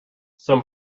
some